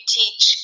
teach